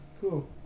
Cool